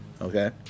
Okay